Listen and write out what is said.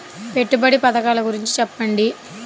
పెట్టుబడి పథకాల గురించి చెప్పండి?